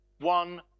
one